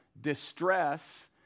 distress